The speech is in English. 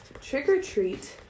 trick-or-treat